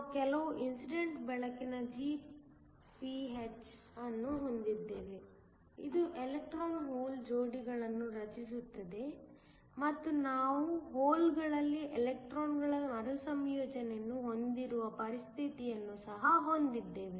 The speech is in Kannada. ನಾವು ಕೆಲವು ಇನ್ಸಿಡೆಂಟ್ ಬೆಳಕಿನ Gph ಅನ್ನು ಹೊಂದಿದ್ದೇವೆ ಇದು ಎಲೆಕ್ಟ್ರಾನ್ ಹೋಲ್ ಜೋಡಿಗಳನ್ನು ರಚಿಸುತ್ತದೆ ಮತ್ತು ನಾವು ಹೋಲ್ಗಳಲ್ಲಿ ಎಲೆಕ್ಟ್ರಾನ್ಗಳ ಮರುಸಂಯೋಜನೆಯನ್ನು ಹೊಂದಿರುವ ಪರಿಸ್ಥಿತಿಯನ್ನು ಸಹ ಹೊಂದಿದ್ದೇವೆ